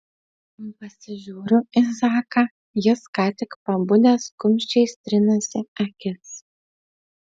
pasižiūriu į zaką jis ką tik pabudęs kumščiais trinasi akis